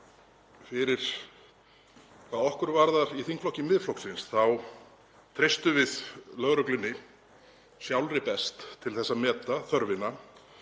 og hvað okkur varðar í þingflokki Miðflokksins þá treystum við lögreglunni sjálfri best til að meta þörfina.